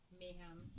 mayhem